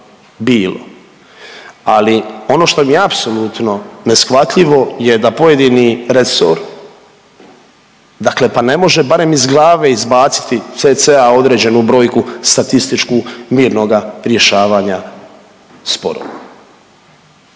bilo. Ali ono što mi je apsolutno neshvatljivo je da pojedini resor, dakle pa ne može barem iz glave izbaciti cca. određenu brojku statističku mirnoga rješavanja sporova.